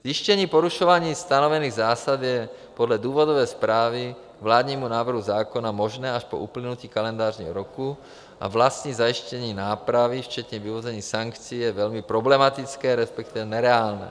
Zjištění porušování stanovených zásad je podle důvodové zprávy k vládnímu návrhu zákona možné až po uplynutí kalendářního roku a vlastní zajištění nápravy včetně vyvození sankcí je velmi problematické, resp. nereálné.